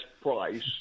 price